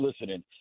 listening